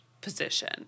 position